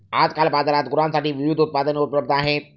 आजकाल बाजारात गुरांसाठी विविध उत्पादने उपलब्ध आहेत